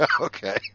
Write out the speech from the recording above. Okay